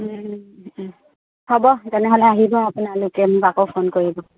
হ'ব তেনেহ'লে আহিব আপোনালোকে মোক আকৌ ফোন কৰিব